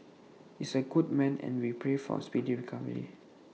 is A good man and we pray for speedy recovery